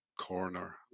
Corner